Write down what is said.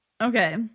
Okay